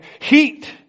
heat